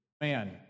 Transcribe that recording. man